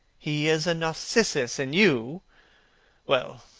he is a narcissus, and you well,